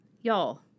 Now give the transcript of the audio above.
Y'all